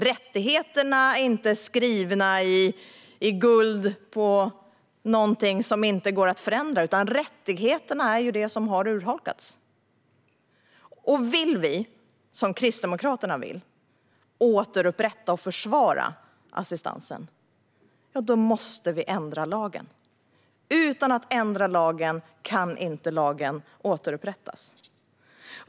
Rättigheterna är inte någonting som är skrivet i guld och som inte går att förändra. Rättigheterna är det som har urholkats. Vill vi, som Kristdemokraterna vill, återupprätta och försvara assistansen måste vi ändra lagen. Om vi inte ändrar lagen kan den inte återupprättas.